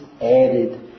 added